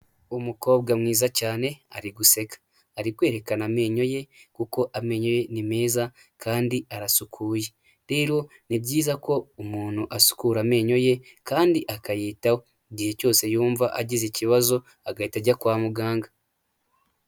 Umukobwa mwiza cyane ari guseka, ari kwerekana amenyo ye kuko amenyo ye ni meza kandi arasukuye, rero ni byiza ko umuntu asukura amenyo ye, kandi akayitaho igihe cyose yumva agize ikibazo, agahita ajya kwa muganga.